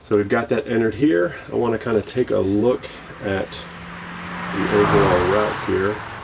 so we've got that entered here. i want to kind of take a look at the overall route here.